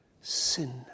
sin